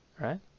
Right